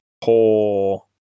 poor